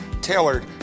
tailored